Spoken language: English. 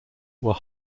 were